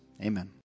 Amen